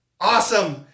Awesome